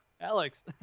Alex